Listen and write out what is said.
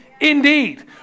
Indeed